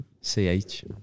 C-H